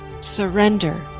surrender